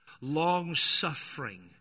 long-suffering